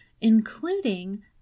including